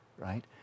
right